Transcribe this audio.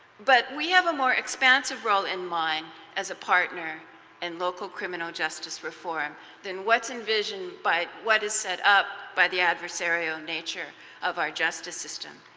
but we have a more expansive role in mind as a partner in local criminal justice reform than what is envisioned by what is set up by the adversarial nature of our justice system.